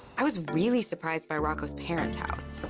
i was really surprised by rocco's parents' house.